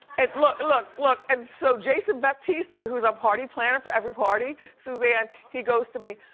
and look, look, look, and so jason baptista, who's our party planner for every party, suzanne, he goes to me,